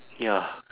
ya